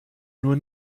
nur